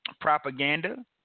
propaganda